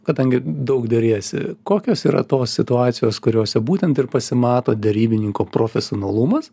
kadangi daug deriesi kokios yra tos situacijos kuriose būtent ir pasimato derybininko profesionalumas